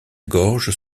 gorge